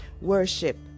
worship